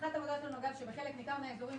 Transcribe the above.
הנחת העבודה שלנו היא שבחלק ניכר מהאזורים